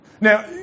Now